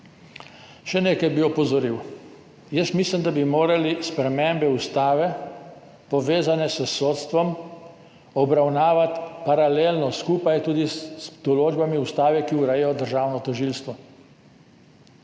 na nekaj bi opozoril. Mislim, da bi morali spremembe ustave, povezane s sodstvom, obravnavati paralelno, skupaj tudi z določbami ustave, ki urejajo državno tožilstvo.